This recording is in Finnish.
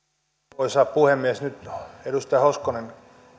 arvoisa puhemies nyt edustaja hoskonen